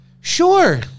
Sure